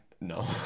No